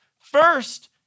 First